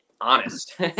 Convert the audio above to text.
honest